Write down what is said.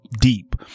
deep